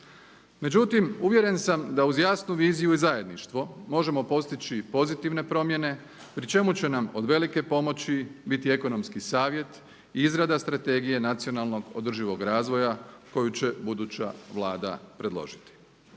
Međutim, uvjeren sam da uz jasnu viziju i zajedništvo možemo postići i pozitivne promjene pri čemu će nam od velike pomoći biti ekonomski savjet i izrada strategije nacionalnog održivog razvoja koju će buduća Vlada predložiti.